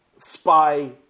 spy